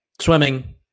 swimming